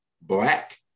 Black